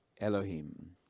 Elohim